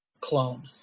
clone